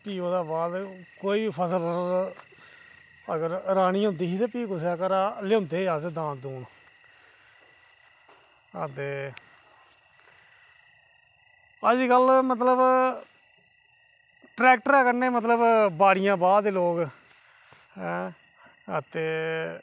भी ओह्दे बाद कोई भी फसल अगर राह्नी होंदी ही ते भी अस घर लेई होंदे अस दांद अज्जकल मतलब ट्रैक्टरे कन्नै मतलब बाड़ियां बा रदे न लोक ऐं ते